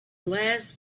last